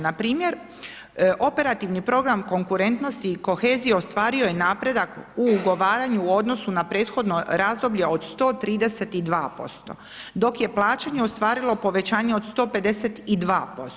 Npr., operativni program konkurentnosti i kohezije ostvario je napredak u ugovaranju u odnosu na prethodno razdoblje od 132% dok je plaćanje ostvarilo povećanje od 152%